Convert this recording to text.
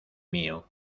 mío